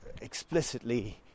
explicitly